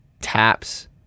Taps